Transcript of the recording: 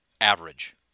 average